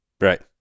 Right